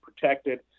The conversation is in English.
protected